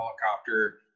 helicopter